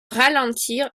ralentir